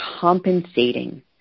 compensating